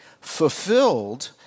fulfilled